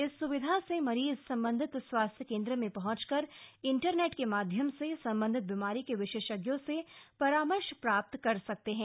इस स्विधा से मरीज संबंधित स्वास्थ्य केन्द्र में पहंचकर इंटरनेट के माध्यम से संबंधित बीमारी के विशेषज्ञ से परामर्श प्राप्त कर सकता है